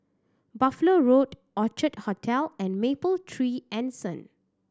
Buffalo Road Orchard Hotel and Mapletree Anson